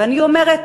ואני אומרת: